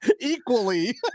Equally